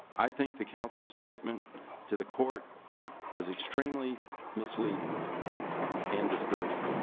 i think the council statement to the court was extremely misleading and disturbing.